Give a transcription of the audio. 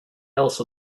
else